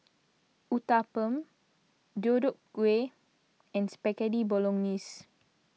Uthapam Deodeok Gui and Spaghetti Bolognese